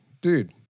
dude